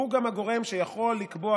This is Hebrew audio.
הוא גם הגורם שיכול לקבוע,